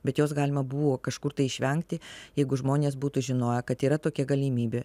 bet jos galima buvo kažkur tai išvengti jeigu žmonės būtų žinoję kad yra tokia galimybė